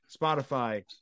Spotify